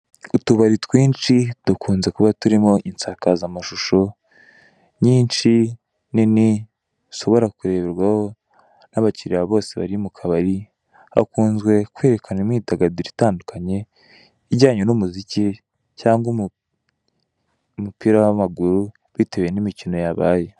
Utubari twishi dukunze kuba turimo insakazamashusho nyinshi nini zishobora kureberwaho n'abakiriya bose bari mu kabari, hakunzwe kwerekana imyidagaduro itandukanye ijyanye n'umuziki cyangwa umupira w'amaguru bitewe n'imikino yabaye.